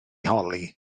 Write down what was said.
holi